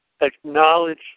acknowledge